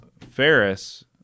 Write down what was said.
Ferris